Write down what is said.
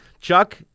Chuck